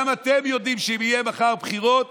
גם אתם יודעים שאם יהיו מחר בחירות